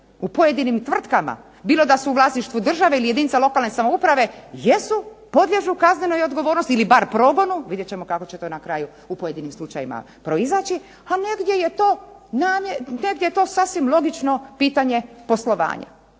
u pojedinim tvrtkama bilo da su u vlasništvu država ili jedinica lokalne samouprave jesu, podliježu kaznenoj odgovornosti ili bar progonu, vidjet ćemo kako će to na kraju u pojedinim slučajevima proizaći a negdje je to sasvim logično pitanje poslovanja.